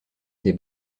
des